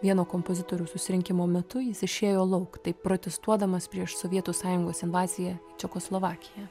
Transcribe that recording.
vieno kompozitorių susirinkimo metu jis išėjo lauk taip protestuodamas prieš sovietų sąjungos invaziją į čekoslovakiją